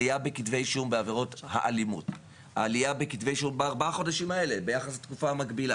בארבעת החודשים האלה ביחס לשנה שעברה,